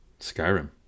Skyrim